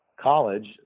college